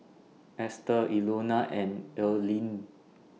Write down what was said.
Estel Ilona and Earlean